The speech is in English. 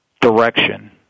direction